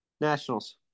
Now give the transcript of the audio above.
Nationals